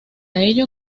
ello